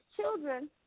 children